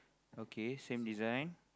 okay same design